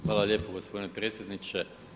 Hvala lijepo gospodine predsjedniče.